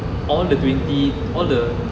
all the twenty all the